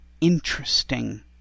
interesting